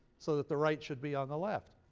so that the right should be on the left.